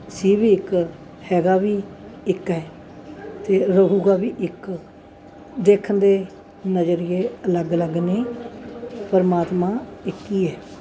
ਸੀ ਵੀ ਇੱਕ ਹੈਗਾ ਵੀ ਇੱਕ ਹੈ ਅਤੇ ਰਹੂਗਾ ਵੀ ਇੱਕ ਦੇਖਣ ਦੇ ਨਜ਼ਰੀਏ ਅਲੱਗ ਅਲੱਗ ਨੇ ਪਰਮਾਤਮਾ ਇੱਕ ਹੀ ਹੈ